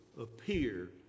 appear